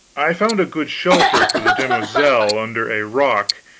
i found a good shelter for the demoiselle under a rock,